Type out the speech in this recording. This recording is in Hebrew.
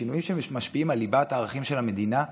שינויים שמשפיעים על ליבת הערכים של המדינה,